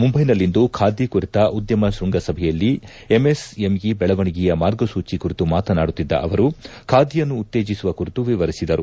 ಮುಂಬೈನಲ್ಲಿಂದು ಖಾದಿ ಕುರಿತ ಉದ್ದಮ ಶ್ವಂಗಸಭೆಯಲ್ಲಿ ಎಮ್ಎಸ್ಎಮ್ಇ ಬೆಳವಣಿಗೆಯ ಮಾರ್ಗಸೂಚಿ ಕುರಿತು ಮಾತನಾಡುತ್ತಿದ್ದ ಅವರು ಖಾದಿಯನ್ನು ಉತ್ತೇಜಿಸುವ ಕುರಿತು ವಿವರಿಸಿದರು